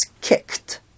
kicked